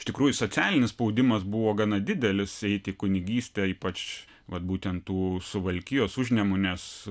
iš tikrųjų socialinis spaudimas buvo gana didelis eiti į kunigystę ypač vat būtent tų suvalkijos užnemunės